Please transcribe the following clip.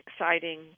exciting